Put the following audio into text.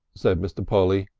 said mr. polly,